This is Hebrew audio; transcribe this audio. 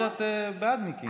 אמרת שאת בעד מיקי.